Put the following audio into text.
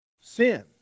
sin